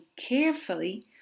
carefully